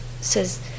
says